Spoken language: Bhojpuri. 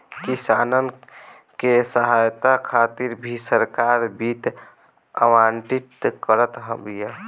किसानन के सहायता खातिर भी सरकार वित्त आवंटित करत बिया